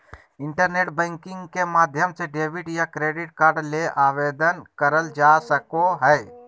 internet banking के माध्यम से डेबिट या क्रेडिट कार्ड ले आवेदन करल जा सको हय